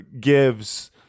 gives